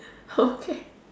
okay